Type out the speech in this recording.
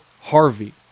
Harvey